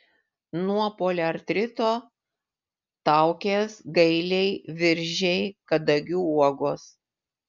nuo poliartrito taukės gailiai viržiai kadagių uogos